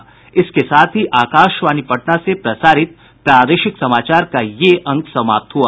इसके साथ ही आकाशवाणी पटना से प्रसारित प्रादेशिक समाचार का ये अंक समाप्त हुआ